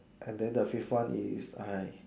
and then the fifth one is I